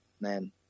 man